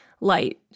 light